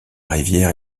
rivière